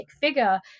figure